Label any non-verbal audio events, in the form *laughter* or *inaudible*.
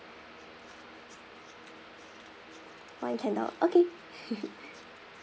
one candle okay *laughs*